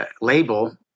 label